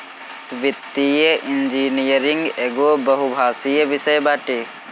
वित्तीय इंजनियरिंग एगो बहुभाषी विषय बाटे